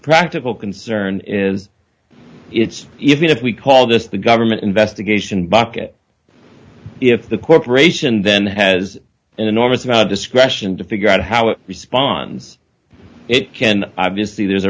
practical concern is it's even if we call this the government investigation bucket if the corporation then has an enormous amount of discretion to figure out how it responds it can obviously there's a